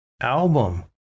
album